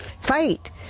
fight